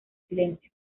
silencio